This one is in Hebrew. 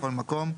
בכל מקום,